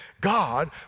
God